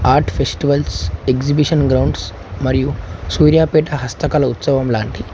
art festivals exhibition grounds మరియు సూర్యాపేట హస్తకళ ఉత్సవం లాంటి